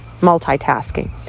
multitasking